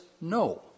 no